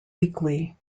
weekly